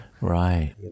Right